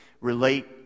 relate